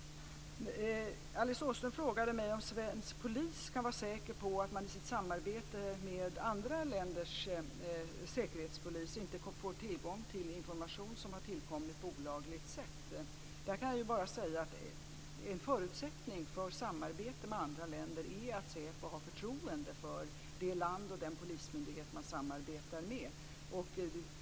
Alice Åström frågade mig om svensk polis kan vara säker på att man i sitt samarbete med andra länders säkerhetspolis inte får tillgång till information som har tillkommit på olagligt sätt. Där kan jag bara säga att en förutsättning för samarbete med andra länder är att säpo har förtroende för det land och den polismyndighet som man samarbetar med.